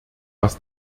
was